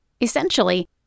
Essentially